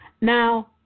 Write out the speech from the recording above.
Now